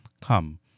Come